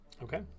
Okay